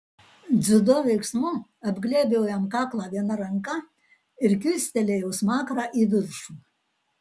dziudo veiksmu apglėbiau jam kaklą viena ranka ir kilstelėjau smakrą į viršų